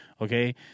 okay